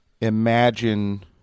imagine